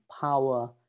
power